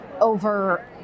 over